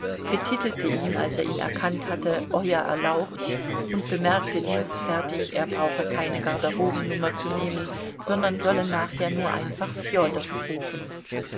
betitelte ihn als er ihn erkannt hatte euer erlaucht und bemerkte dienstfertig er brauche keine garderobennummer zu nehmen sondern solle nachher nur einfach fjodor rufen